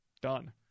done